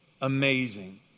Amazing